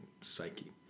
psyche